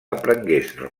aprengués